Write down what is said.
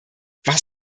was